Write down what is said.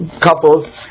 couples